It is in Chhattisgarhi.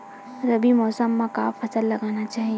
रबी मौसम म का फसल लगाना चहिए?